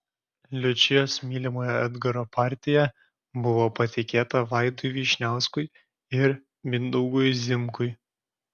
liučijos mylimojo edgaro partija buvo patikėta vaidui vyšniauskui ir mindaugui zimkui